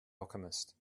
alchemist